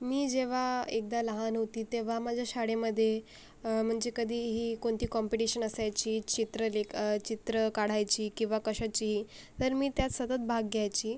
मी जेव्हा एकदा लहान होती तेव्हा माझ्या शाळेमध्ये म्हणजे कधीही कोणती कॉम्पिटीशन असायची चित्र ले चित्र काढायची किंवा कशाची तर मी त्यात सतत भाग घ्यायची